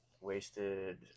wasted